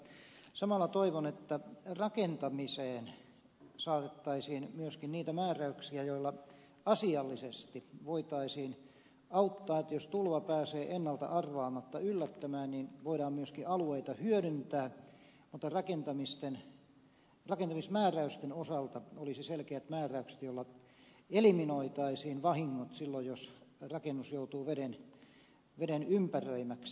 mutta samalla toivon että rakentamiseen saatettaisiin myöskin niitä määräyksiä joilla asiallisesti voitaisiin auttaa niin että jos tulva pääsee ennalta arvaamatta yllättämään niin voidaan myöskin alueita hyödyntää mutta rakentamismääräysten osalta olisi selkeät määräykset joilla eliminoitaisiin vahingot silloin jos rakennus joutuu veden ympäröimäksi